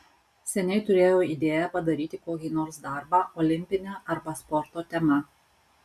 seniai turėjau idėją padaryti kokį nors darbą olimpine arba sporto tema